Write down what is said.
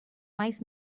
mais